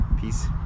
Peace